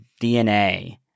DNA